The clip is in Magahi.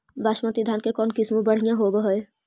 बासमती धान के कौन किसम बँढ़िया होब है?